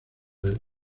del